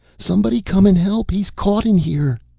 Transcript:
somebody come and help! he's caught in here!